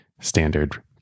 standard